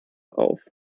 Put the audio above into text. auf